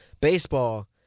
Baseball